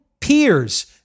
peers